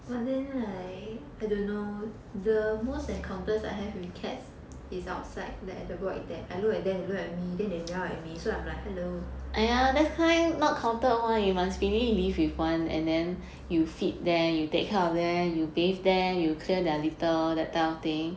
but then like I don't know the most encounters I have with cats is outside like at the void deck I look at them they look at me then they meow at me so I'm like hello